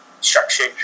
structured